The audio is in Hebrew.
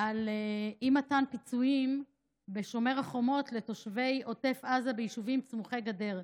על אי-מתן פיצויים בשומר החומות לתושבי עוטף עזה ביישובים סמוכי גדר.